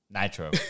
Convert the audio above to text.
Nitro